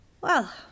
Well